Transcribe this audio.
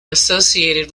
associated